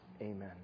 Amen